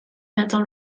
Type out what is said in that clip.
metal